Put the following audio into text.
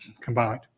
combined